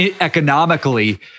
economically